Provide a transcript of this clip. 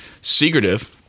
secretive